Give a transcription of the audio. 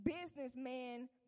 businessman